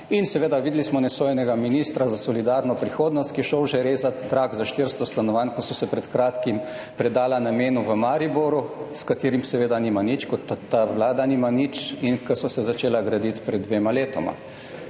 in seveda videli smo nesojenega ministra za solidarno prihodnost, ki je šel že rezati trak za 400 stanovanj, ko so se pred kratkim predala namenu v Mariboru, s katerim seveda nima nič, kot ta vlada nima nič, ki so se začela graditi pred dvema letoma.